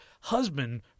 husband